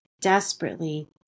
desperately